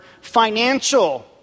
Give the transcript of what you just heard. financial